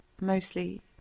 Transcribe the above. Mostly